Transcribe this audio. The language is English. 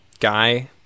guy